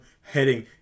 heading